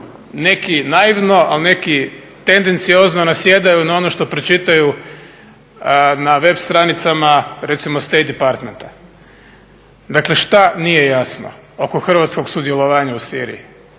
neki naivno a neki tendenciozno nasjedaju na ono što pročitaju na web stranicama recimo State departmenta. Dakle, što nije jasno oko hrvatskog sudjelovanja u Siriji?